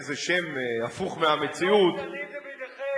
איזה שם הפוך מהמציאות שלוש שנים זה בידיכם,